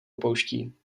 opouští